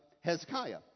Hezekiah